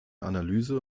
analyse